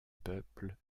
peuple